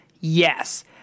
Yes